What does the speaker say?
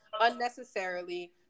unnecessarily